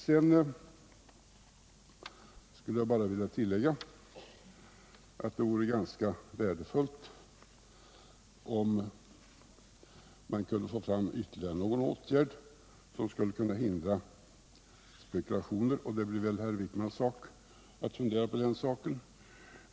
Sedan skulle jag bara vilja tillägga att det vore ganska värdefullt, om man kunde få fram ytterligare någon åtgärd som skulle kunna hindra spekulationer. Det blir väl herr Wickmans uppgift att fundera på den saken.